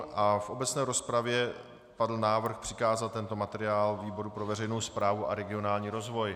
V obecné rozpravě padl návrh přikázat tento materiál výboru pro veřejnou správu a regionální rozvoj.